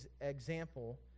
example